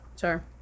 Sure